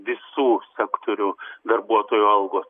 visų sektorių darbuotojų algos